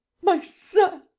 my son!